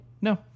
No